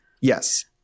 Yes